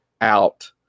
out